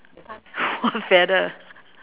what feather